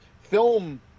film